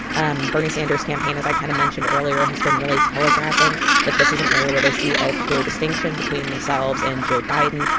um bernie sanders' campaign, as i kind of mentioned earlier, has been really telegraphing that this is an area where they see a clear distinction between themselves and joe biden,